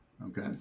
Okay